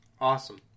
Awesome